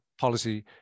policy